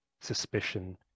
suspicion